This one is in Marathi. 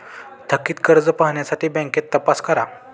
थकित कर्ज पाहण्यासाठी बँकेत तपास करा